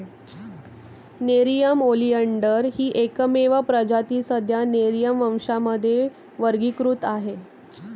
Nerium oleander ही एकमेव प्रजाती सध्या नेरिअम वंशामध्ये वर्गीकृत आहे